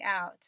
out